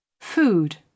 food